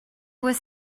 was